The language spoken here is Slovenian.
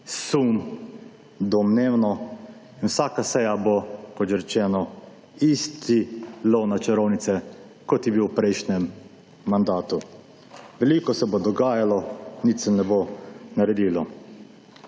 sum, domnevno in vsaka seja bo, kot že rečeno, isti lov na čarovnice kot je bil v prejšnjem mandatu. Veliko se bo dogajalo, nič se ne bo naredilo.